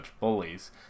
bullies